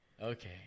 Okay